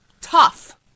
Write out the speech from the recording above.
Tough